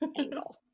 angle